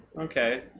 Okay